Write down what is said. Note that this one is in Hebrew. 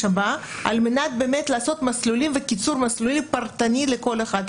הבא על מנת לעשות מסלולים וקיצור מסלולים פרטני לכל אחד.